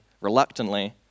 reluctantly